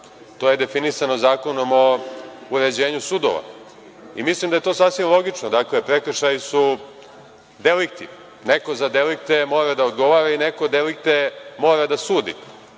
to je definisano Zakonom o uređenju sudova i mislim da je to sasvim logično. Prekršaji su delikti, neko za delikte mora da odgovara i neko delikte mora da sudi.